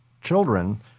children